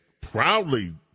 proudly